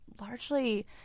largely